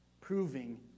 proving